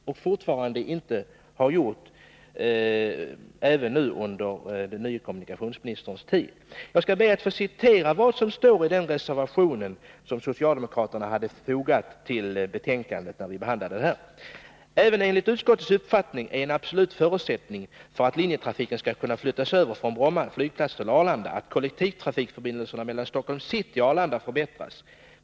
Inte heller under den tid som gått sedan vi fick ny kommunikationsminister har någonting gjorts. Jag skall be att få citera vad som står i en reservation av socialdemokraterna, vilken är fogad vid trafikutskottets betänkande i samband med behandlingen av det aktuella ärendet: ”Även enligt utskottets uppfattning är en absolut förutsättning för att linjetrafiken skall kunna flyttas över från Bromma flygplats till Arlanda att kollektivtrafikförbindelserna mellan Stockholms city och Arlanda förbättras.